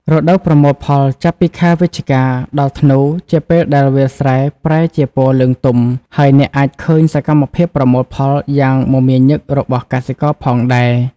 រដូវប្រមូលផលចាប់ពីខែវិច្ឆិកា ដល់ធ្នូ ជាពេលដែលវាលស្រែប្រែជាពណ៌លឿងទុំ ហើយអ្នកអាចឃើញសកម្មភាពប្រមូលផលយ៉ាងមមាញឹករបស់កសិករផងដែរ ។